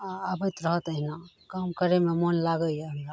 आओर आबैत रहत एहिना काम करैमे मोन लागैए